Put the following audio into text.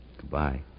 Goodbye